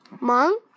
mom